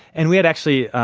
and we had actually,